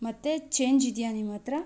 ಮತ್ತು ಚೇಂಜ್ ಇದೆಯಾ ನಿಮ್ಮ ಹತ್ರ